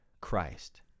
Christ